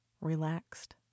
relaxed